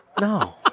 No